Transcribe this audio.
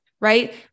Right